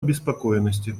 обеспокоенности